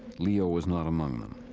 leo was not among them.